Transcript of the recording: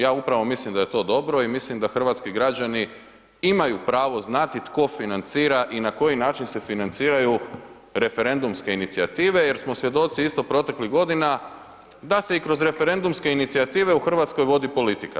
Ja upravo mislim da je to dobro i mislim da hrvatski građani imaju pravo znati tko financira i na koji način se financiraju referendumske inicijative jer smo svjedoci isto proteklih godina da se i kroz referendumske inicijative u Hrvatskoj vodi politika.